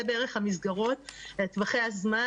זה בערך טווחי הזמן,